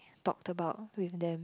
talked about with them